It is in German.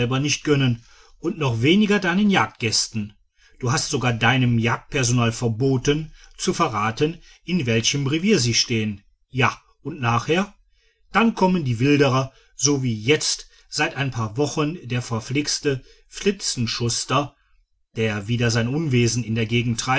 nicht gönnen und noch weniger deinen jagdgästen du hast sogar deinem jagdpersonal verboten zu verraten in welchem revier sie stehen ja und nachher dann kommen die wilderer so wie jetzt seit ein paar wochen der verflixte filzenschuster der wieder sein unwesen in der gegend